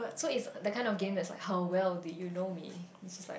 so if that kind of game that's like how well do you know me it's like